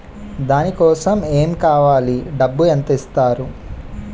దాని కోసం ఎమ్ కావాలి డబ్బు ఎంత ఇస్తారు?